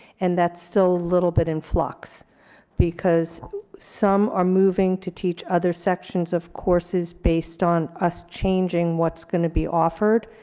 and that's still a little bit in flux because some are moving to teach other sections of courses based on us changing what's going to be offered.